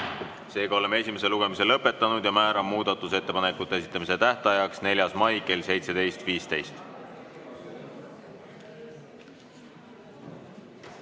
Seega oleme esimese lugemise lõpetanud ja määran muudatusettepanekute esitamise tähtajaks 4. mai kell 17.